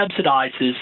subsidizes